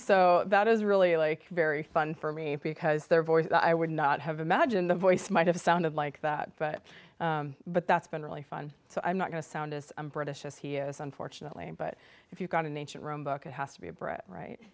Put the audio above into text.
so that is really like very fun for me because their voice i would not have imagined the voice might have sounded like it but that's been really fun so i'm not going to sound as british as he is unfortunately but if you've got an ancient rome book it has to be a brit right